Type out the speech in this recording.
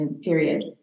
period